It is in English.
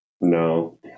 No